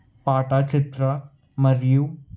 పాట చిత్ర మరియు